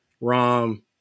Rom